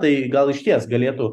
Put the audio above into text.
tai gal išties galėtų